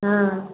हाँ